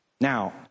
Now